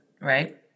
right